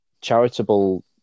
charitable